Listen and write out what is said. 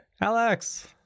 Alex